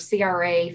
CRA